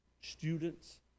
students